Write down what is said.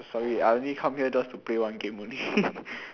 sorry I only come here just to play one game only